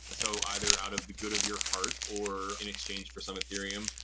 so either out of the good of your heart or in exchange for some ethereum,